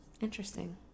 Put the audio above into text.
interesting